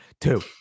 Two